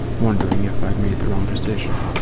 wondering if i'd made the wrong decision.